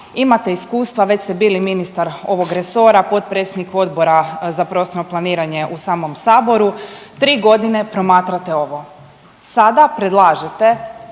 imate iskustva, već ste bili ministar ovog resora, potpredsjednik Odbora za prostorno planiranje u samom Saboru, 3 godine promatrate ovo. Sada predlažete